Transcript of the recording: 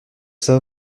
ces